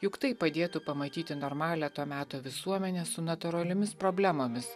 juk tai padėtų pamatyti normalią to meto visuomenę su natūraliomis problemomis